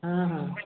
हँ हँ